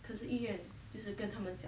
可是医院就是跟他们讲